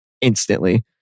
instantly